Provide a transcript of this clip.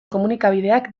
komunikabideak